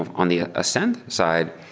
ah on the ascend side,